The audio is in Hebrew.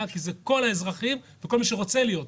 כי זה כל האזרחים וכל מי שרוצה להיות פה,